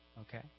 Okay